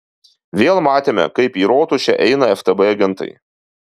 vėl matėme kaip į rotušę eina ftb agentai